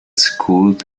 schooled